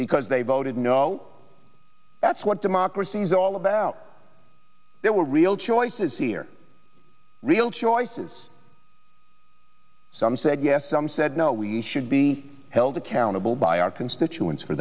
because they voted no that's what democracy is all about there were real choices here real choices some said yes some said no we should be held accountable by our constituents for